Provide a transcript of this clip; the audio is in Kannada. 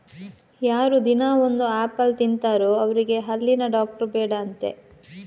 ಯಾರು ದಿನಾ ಒಂದು ಆಪಲ್ ತಿಂತಾರೋ ಅವ್ರಿಗೆ ಹಲ್ಲಿನ ಡಾಕ್ಟ್ರು ಬೇಡ ಅಂತೆ